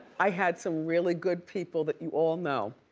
i had some really good people that you all know.